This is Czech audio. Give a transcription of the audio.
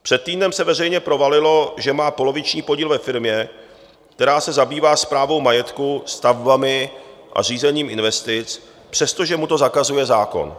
Před týdnem se veřejně provalilo, že má poloviční podíl ve firmě, která se zabývá správou majetku, stavbami a řízením investic, přestože mu to zakazuje zákon.